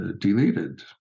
deleted